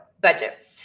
budget